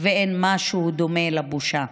ואין משהו שדומה לבושה.